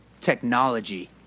Technology